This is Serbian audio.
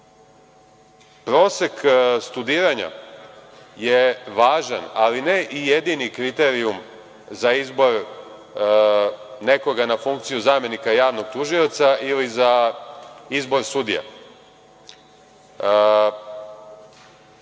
Prosek studiranja je važan, ali ne i jedini kriterijum za izbor nekoga na funkciju zamenika javnog tužioca ili za izbor sudija.